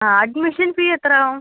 ആ admission fee എത്രയാവും